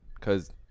Cause